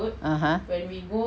(uh huh)